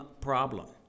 problem